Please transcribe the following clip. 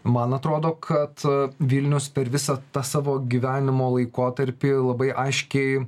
man atrodo kad vilnius per visą tą savo gyvenimo laikotarpį labai aiškiai